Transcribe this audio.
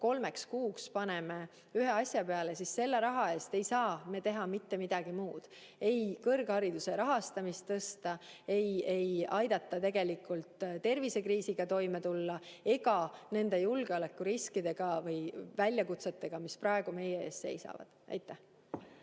kolme kuu jooksul ühe asja peale, siis selle raha eest ei saa me teha mitte midagi muud: ei kõrghariduse rahastamist tõsta, aidata tervisekriisiga toime tulla ega [tegelda] nende julgeolekuriskide või väljakutsetega, mis praegu meie ees seisavad. Ja